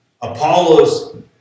Apollos